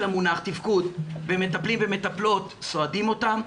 המונח 'תפקוד' ומטפלים ומטפלות סועדים אותם.